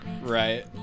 Right